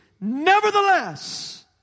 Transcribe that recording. Nevertheless